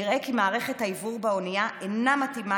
נראה כי מערכת האוורור באנייה אינה מתאימה